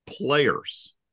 players